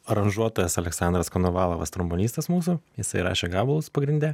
aranžuotojas aleksandras konovalovas trombonistas mūsų jisai rašė gabalus pagrinde